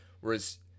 Whereas